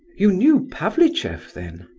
you knew pavlicheff then?